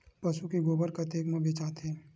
पशु के गोबर कतेक म बेचाथे?